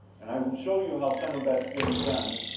and i will show you how some of that's being done,